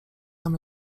tam